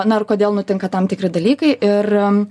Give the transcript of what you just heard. na ir kodėl nutinka tam tikri dalykai ir